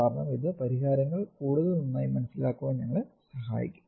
കാരണം ഇത് പരിഹാരങ്ങൾ കൂടുതൽ നന്നായി മനസ്സിലാക്കാൻ ഞങ്ങളെ സഹായിക്കും